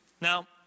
Now